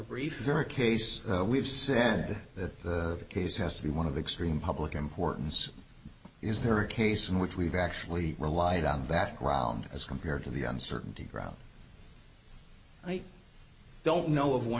her case we've said that the case has to be one of the extreme public importance is there a case in which we've actually relied on background as compared to the uncertainty around i don't know of